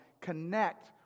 connect